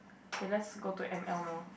okay let's go to M_L now